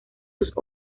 sus